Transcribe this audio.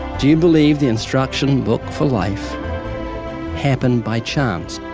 do you believe the instruction book for life happened by chance?